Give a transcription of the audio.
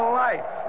life